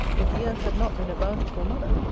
if the earth had not been a bountiful mother?